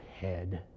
head